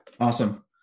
Awesome